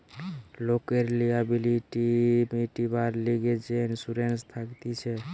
লোকের লিয়াবিলিটি মিটিবার লিগে যে ইন্সুরেন্স থাকতিছে